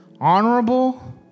honorable